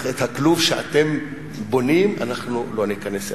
הכלוב שאתם בונים, אנחנו לא ניכנס אליו.